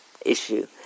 issue